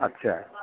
आथ्सा